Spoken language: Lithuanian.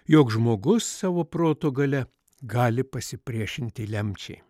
jog žmogus savo proto galia gali pasipriešinti lemčiai